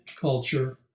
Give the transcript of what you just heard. culture